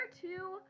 two